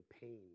pain